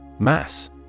Mass